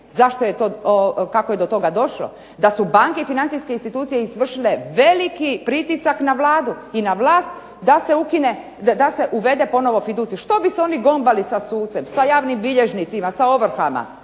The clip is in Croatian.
zašto je to, kako je do toga došlo. Da su banke i financijske institucije izvršile veliki pritisak na Vladu i na vlast da se ukine, da se uvede ponovo fiducij. Što bi se oni gombali sa sucem, sa javnim bilježnicima, sa ovrhama.